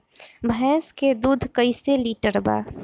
भैंस के दूध कईसे लीटर बा?